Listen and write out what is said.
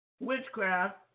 Witchcraft